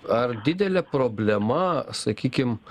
ar didelė problema sakykim